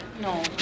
No